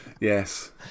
Yes